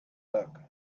hook